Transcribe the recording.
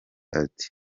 ati